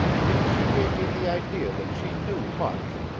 yet she gave me the idea that she knew much.